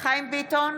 חיים ביטון,